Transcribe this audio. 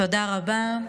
תודה רבה,